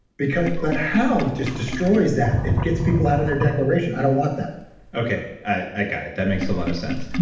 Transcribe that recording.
but how just destroys that. it gets people out of their declaration. i don't want that okay, i got it. that makes a lot of sense.